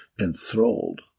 enthralled